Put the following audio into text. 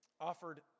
offered